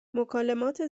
مکالمات